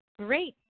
great